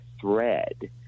thread